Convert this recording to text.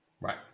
Right